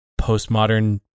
postmodern